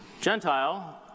Gentile